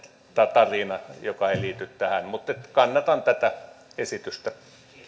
tarina joka ei liity tähän mutta kannatan tätä esitystä